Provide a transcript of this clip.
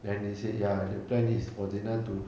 then they said ya the plan is for zina to